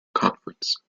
conference